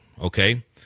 okay